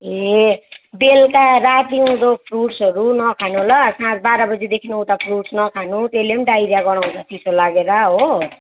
ए बेलुका राति उदो फ्रुट्सहरू नखानु ल साँझ बाह्र बजीदेखि उता फ्रुट्स नखानु त्यसले पनि डाइरिया गराउँछ चिसो लागेर हो